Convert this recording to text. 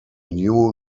new